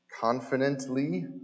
confidently